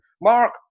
Mark